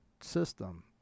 system